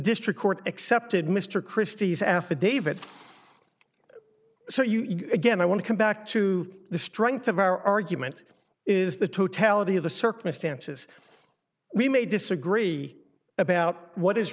district court accepted mr christie's affidavit so you again i want to come back to the strength of our argument is the totality of the circumstances we may disagree about what is